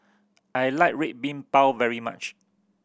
I like Red Bean Bao very much